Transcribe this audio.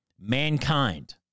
mankind